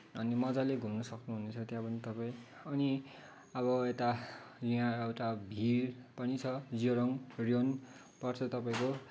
अनि मजाले घुम्न सक्नुहुनेछ त्यहाँ पनि तपाईँ अनि अब यता यहाँ एउटा भिर पनि छ जिरोङ रियोन पर्छ तपाईँको